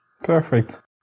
Perfect